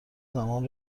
زمان